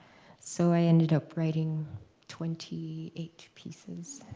so i ended up writing twenty eight pieces.